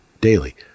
daily